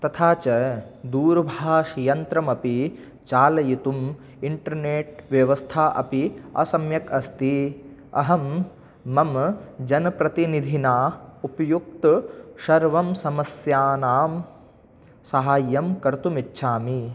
तथा च दूरभाषयन्त्रमपि चालयितुम् इण्टर्नेट् व्यवस्था अपि असम्यक् अस्ति अहं मम जनप्रतिनिधिना उपयुक्त सर्वं समस्यानां साहाय्यं कर्तुम् इच्छामि